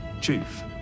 Chief